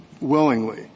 willingly